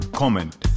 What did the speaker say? comment